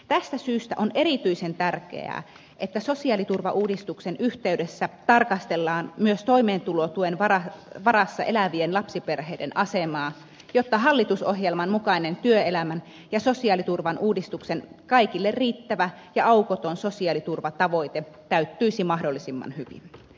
tästä syystä on erityisen tärkeää että sosiaaliturvauudistuksen yhteydessä tarkastellaan myös toimeentulotuen varassa elävien lapsiperheiden asemaa jotta hallitusohjelman mukainen työelämän ja sosiaaliturvan uudistuksen kaikille riittävä ja aukoton sosiaaliturvatavoite täyttyisi mahdollisimman hyvin